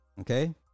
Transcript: Okay